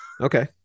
Okay